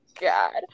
God